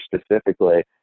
specifically